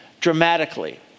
dramatically